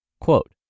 quote